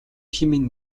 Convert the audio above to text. хэмээн